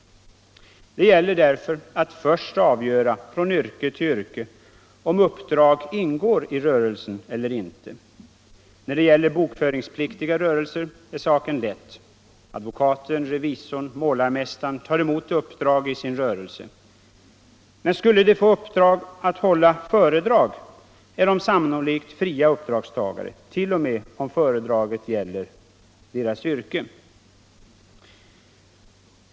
Det gäller därför att först avgöra från yrke till yrke om uppdrag ingår i rörelsen eller inte. När det gäller bokföringspliktig rörelse är saken lätt: advokaten, revisorn, målarmästaren tar emot uppdrag i sin rörelse. Men skulle de få i uppdrag att hålla föredrag är de sannolikt fria uppdragstagare, t. 0. m. om föredraget gäller deras yrke.